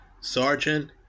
Sergeant